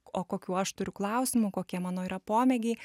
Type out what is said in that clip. o kokių aš turiu klausimų kokie mano yra pomėgiai